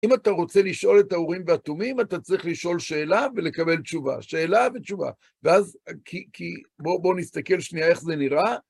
אם אתה רוצה לשאול את האורים והתומים, אתה צריך לשאול שאלה ולקבל תשובה. שאלה ותשובה. ואז, כי... כי... בואו נסתכל שנייה איך זה נראה.